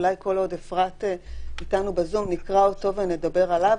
אולי כל עוד אפרת איתנו בזום נקרא אותו ונדבר עליו,